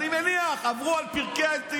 אני מניח שהם עברו על פרקי התהילים.